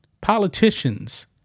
politicians